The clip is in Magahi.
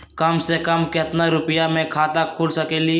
कम से कम केतना रुपया में खाता खुल सकेली?